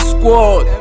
Squad